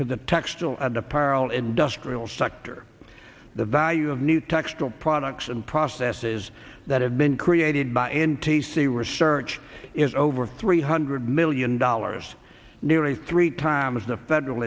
apparel industrial sector the value of new textural products and processes that have been created by n t c research is over three hundred million dollars nearly three times the federal